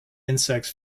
insects